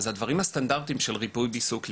אז הדברים הסטנדרים של ריפוי בעיסוק,